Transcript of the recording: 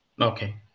okay